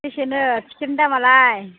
बेसेनो टिकेटनि दामालाय